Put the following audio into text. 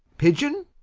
pigeon?